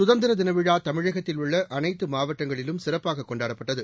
சுதந்திர தின விழா தமிழகத்தில் உள்ள அனைத்து மாவட்டங்களிலும் சிறப்பாக கொண்டாடப்பட்டது